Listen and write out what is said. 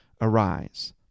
Arise